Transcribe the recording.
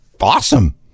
awesome